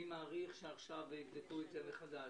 אני מעריך שעכשיו יבדקו את זה מחדש,